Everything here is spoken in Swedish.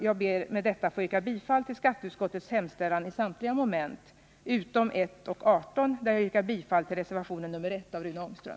Jag ber med detta att få yrka bifall till skatteutskottets hemställan i samtliga moment utom mom. 1 och 18. I denna del yrkar jag bifall till reservationen nr 1 av Rune Ångström.